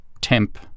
temp